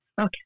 Okay